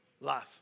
life